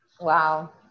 wow